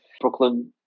Brooklyn